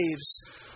saves